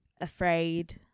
Afraid